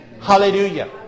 Hallelujah